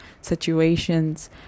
situations